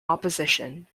opposition